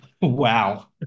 Wow